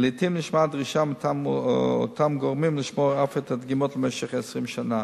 ולעתים נשמעה דרישה מטעם אותם גורמים לשמור את הדגימות למשך 20 שנה.